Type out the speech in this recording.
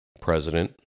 president